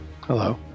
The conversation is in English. Hello